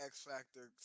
X-Factor